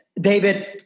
David